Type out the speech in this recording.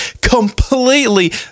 completely